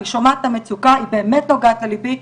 אני שומעת את המצוקה והיא באמת נוגעת לליבי,